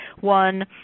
one